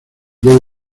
debe